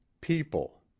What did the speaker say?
People